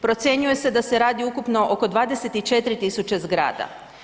Procjenjuje se da se radi ukupno oko 24 000 zgrada.